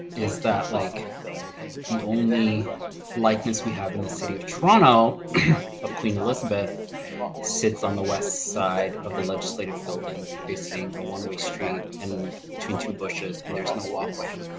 is that like the only likeness we have and city of toronto of queen elizabeth sits on the west side of the legislative building facing a one-way street and between two bushes and there is no walkway.